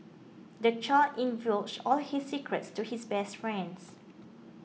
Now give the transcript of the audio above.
the child all his secrets to his best friends